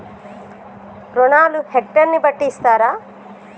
రుణాలు హెక్టర్ ని బట్టి ఇస్తారా?